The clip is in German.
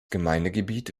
gemeindegebiet